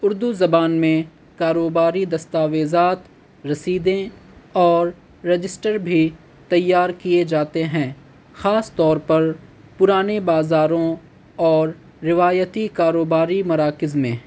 اردو زبان میں کاروباری دستاویزات رسیدیں اور رجسٹر بھی تیار کیے جاتے ہیں خاص طور پر پرانے بازاروں اور روایتی کاروباری مراکز میں